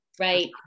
right